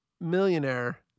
millionaire